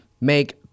make